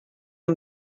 amb